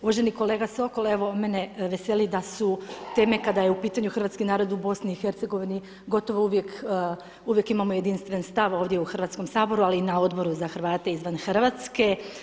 Uvaženi kolega Sokol, evo mene veseli da su teme kada je u pitanju hrvatski narod u BiH gotovo uvijek imamo jedinstven stav ovdje u Hrvatskom saboru, ali i na Odboru za Hrvate izvan RH.